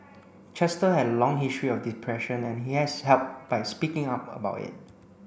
Chester had a long history of depression and he has helped by speaking up about it